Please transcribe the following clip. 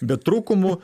be trūkumų